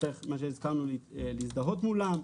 יצטרך להזדהות מולם.